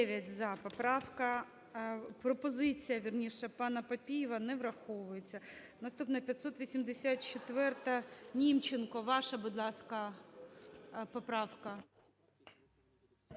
За-9 Поправка, пропозиція вірніше, пана Папієва, не враховується. Наступна - 584-а,Німченко. Ваша, будь ласка, поправка.